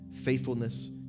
faithfulness